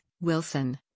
Wilson